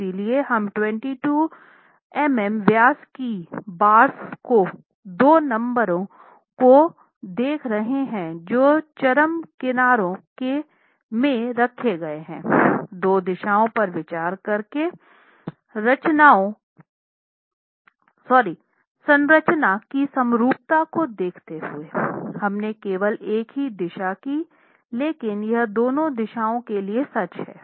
इसलिए हम 12 मिमी व्यास की बार्स के दो नंबरों को देख रहे हैं जो चरम किनारों में रखे गए हैं दो दिशाओं पर विचार कर के संरचना की समरूपता को देखते हुए हमने केवल एक ही दिशा की लेकिन यह दोनों दिशाओं के लिए सच है